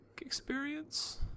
experience